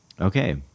Okay